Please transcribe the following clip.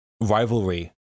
rivalry